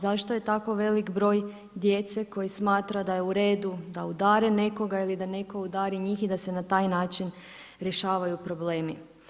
Zašto je tako velik broj djece koja smatra da je u redu da udare nekoga ili da netko udari njih i da se na taj način rješavaju problemi?